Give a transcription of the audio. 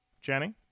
Jenny